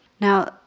Now